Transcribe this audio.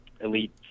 elite